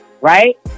Right